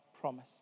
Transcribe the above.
promised